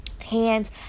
hands